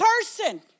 person